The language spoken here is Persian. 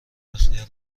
اختیار